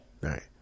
Right